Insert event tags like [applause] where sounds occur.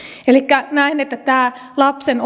elikkä näen että tämä keskustelu lapsen [unintelligible]